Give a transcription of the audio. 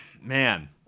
man